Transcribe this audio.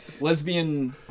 Lesbian